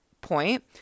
point